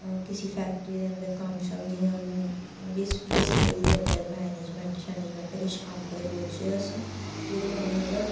किसी फैक्टरी दे अंदर कम्म शम्म जि'यां बिस बिसलरी दे अंदर मैनेजमेंट शैनेजमेंट किश कम्म करी ओड़चै अस जेह्दे कन्नै मतलब